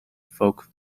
folk